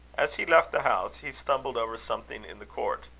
as he left the house, he stumbled over something in the court.